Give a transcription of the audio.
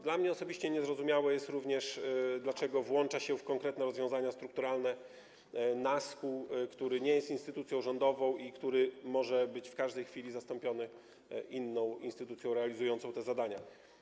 Dla mnie niezrozumiałe jest również, dlaczego włącza się w konkretne rozwiązania strukturalne NASK, który nie jest instytucją rządową i który może być w każdej chwili zastąpiony inną instytucją realizującą te zadania.